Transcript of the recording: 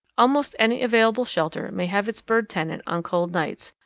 almost any available shelter may have its bird tenant on cold nights,